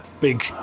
big